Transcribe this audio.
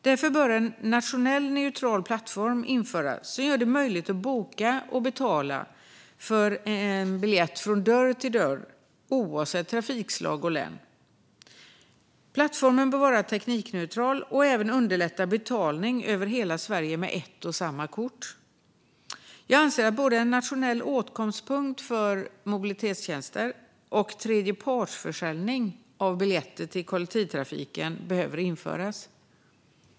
Därför bör en nationell, neutral plattform införas som gör det möjligt att boka och betala för en biljett från dörr till dörr, oavsett trafikslag och län. Plattformen bör vara teknikneutral och även underlätta betalning över hela Sverige med ett och samma kort. Jag anser att både en nationell åtkomstpunkt för mobilitetstjänster och tredjepartsförsäljning av biljetter till kollektivtrafiken behöver införas.